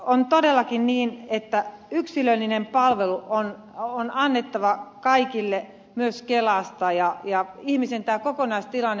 on todellakin niin että yksilöllinen palvelu on annettava kaikille myös kelasta ja arvioitava ihmisen kokonaistilanne